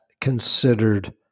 considered